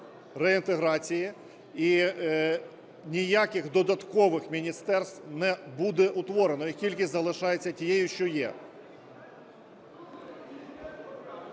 реінтеграції, і ніяких додаткових міністерств не буде утворено, їх кількість залишається тією, що є.